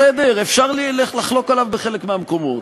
בסדר, אפשר לחלוק עליו בחלק מהמקומות.